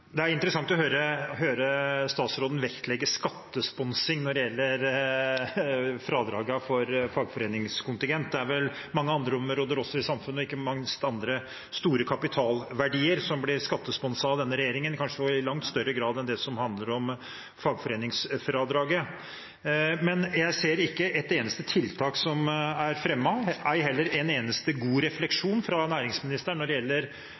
gjelder fradragene for fagforeningskontingent. Det er vel mange andre områder i samfunnet også, ikke minst andre store kapitalverdier, som blir skattesponset av denne regjeringen, kanskje i langt større grad enn det som handler om fagforeningsfradraget. Jeg ser ikke at et eneste tiltak er fremmet, ei heller en eneste god refleksjon fra næringsministeren når det gjelder